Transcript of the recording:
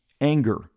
anger